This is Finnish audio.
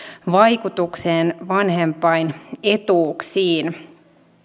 vaikutukseen vanhempainetuuksiin